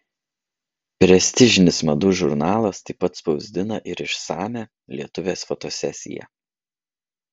prestižinis madų žurnalas taip pat spausdina ir išsamią lietuvės fotosesiją